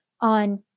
on